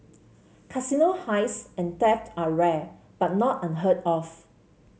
casino heists and theft are rare but not unheard of